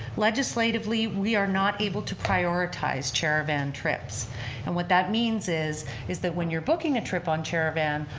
legislatively, we are not able to prioritize chair-a-van trips and what that means is is that when you're booking a trip on chair-a-van,